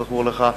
כזכור לך,